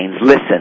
Listen